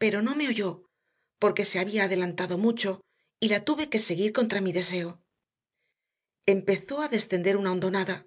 pero no me oyó porque se había adelantado mucho y la tuve que seguir contra mi deseo empezó a descender una hondonada